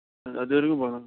அது அது இருக்குது